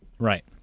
Right